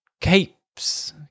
capes